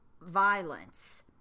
violence